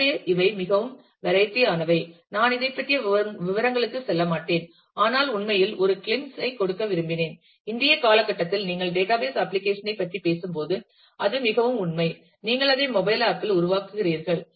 எனவே இவை மிகவும் வெரைட்டி ஆனவை நான் இதைப் பற்றிய விவரங்களுக்கு செல்லமாட்டேன் ஆனால் உண்மையின் ஒரு கிளிம்ப்ஸ் ஐ கொடுக்க விரும்பினேன் இன்றைய காலகட்டத்தில் நீங்கள் டேட்டாபேஸ் அப்ளிகேஷன் ஐ பற்றி பேசும்போது அது மிகவும் உண்மை நீங்கள் அதை மொபைல் ஆப் இல் உருவாக்குவீர்கள்